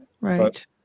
right